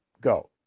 Go